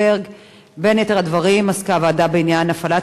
בין יתר הדברים עסקה הוועדה בעניין הפעלת